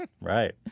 Right